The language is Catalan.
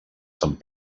sant